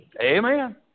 Amen